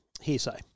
hearsay